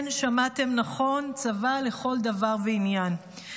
כן, שמעתם נכון, צבא לכל דבר ועניין.